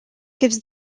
gives